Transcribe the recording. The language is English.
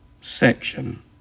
section